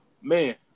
man